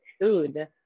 food